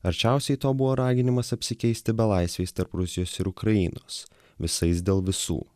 arčiausiai to buvo raginimas apsikeisti belaisviais tarp rusijos ir ukrainos visais dėl visų